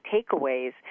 takeaways